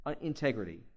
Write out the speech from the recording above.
integrity